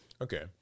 Okay